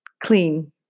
Clean